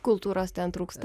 kultūros ten trūksta